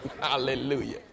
Hallelujah